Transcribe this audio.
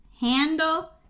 Handle